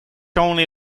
only